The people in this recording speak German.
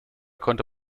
konnte